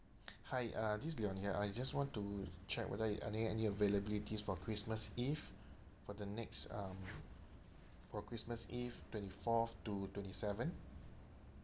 hi uh this is leon here I just want to check whether are there any availabilities for christmas eve for the next um for christmas eve twenty fourth to twenty seven